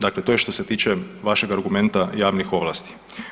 Dakle, to je što se tiče vašeg argumenta javnih ovlasti.